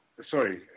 Sorry